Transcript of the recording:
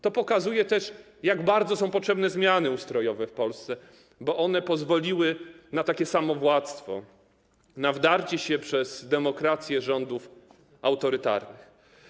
To pokazuje, jak bardzo są potrzebne zmiany ustrojowe w Polsce, bo one pozwoliły na takie samowładztwo, na wdarcie się przez demokrację rządów autorytarnych.